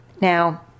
Now